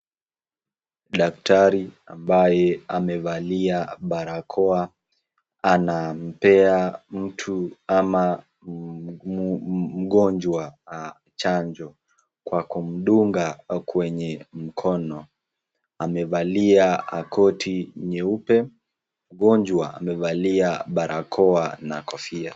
Daktari ambaye amevalia barakoa anampea mtu ama mgonjwa chanjo kwa kumdunga kwenye mkono. Amevalia koti nyeupe ,mgonjwa amevalia barakoa na kofia.